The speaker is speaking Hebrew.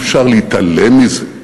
אי-אפשר להתעלם מזה.